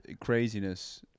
craziness